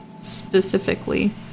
specifically